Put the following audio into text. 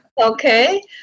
Okay